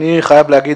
אני חייב להגיד.